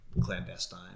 clandestine